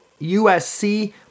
USC